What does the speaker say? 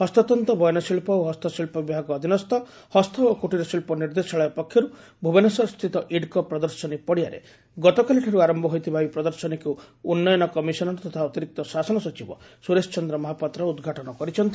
ହସ୍ତତ୍ତ ବୟନଶିଳ୍ ଓ ହସ୍ତଶିବ୍ ବିଭାଗ ଅଧୀନସ୍ଥ ହସ୍ତ ଓ କ୍ଟୀରଶିବ୍ବ ନିର୍ଦ୍ଦେଶାଳୟ ପକ୍ଷରୁ ଭୁବନେଶ୍ୱରସ୍ଥିତ ଇଡ୍କୋ ପ୍ରଦର୍ଶନୀ ପଡିଆରେ ଗତକାଲିଠାରୁ ଆର ହୋଇଥିବା ଏହି ପ୍ରଦର୍ଶନୀକୁ ଉନ୍ନୟନ କମିଶନର ତଥା ଅତିରିକ୍ତ ଶାସନ ସଚିବ ସୁରେଶ ଚନ୍ଦ ମହାପାତ୍ର ଉଦ୍ଘାଟନ କରିଛନ୍ତି